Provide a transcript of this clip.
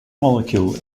molecule